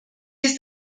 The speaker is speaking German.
ist